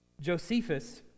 Josephus